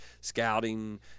scouting